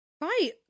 right